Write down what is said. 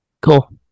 Cool